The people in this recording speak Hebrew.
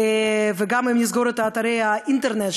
וגם אם נסגור את אתרי האינטרנט,